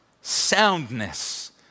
soundness